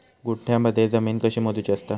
गुंठयामध्ये जमीन कशी मोजूची असता?